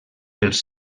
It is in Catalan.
pels